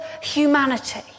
humanity